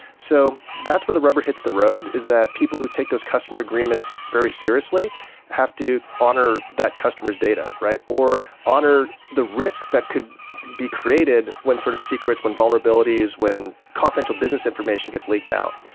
so that's where the rubber hits the road, is that people who take those customer agreements very seriously have to honor that customer s data, or honor the risk that could be created when sort of secretes, when vulnerabilities, when confidential business information gets leaked out.